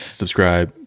subscribe